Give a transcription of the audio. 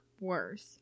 worse